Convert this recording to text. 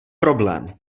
problém